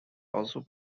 also